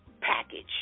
package